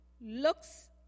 looks